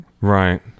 Right